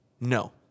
No